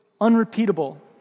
Unrepeatable